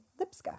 Lipska